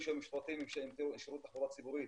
שהיו משורתים בשירותי תחבורה ציבורית,